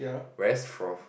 whereas for